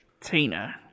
Tina